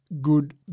good